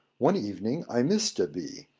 one evening i missed a bee,